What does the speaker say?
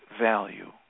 value